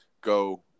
go